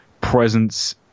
presence